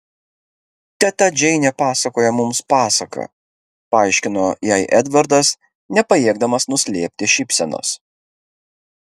teta džeinė pasakoja mums pasaką paaiškino jai edvardas nepajėgdamas nuslėpti šypsenos